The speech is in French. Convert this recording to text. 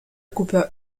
cooper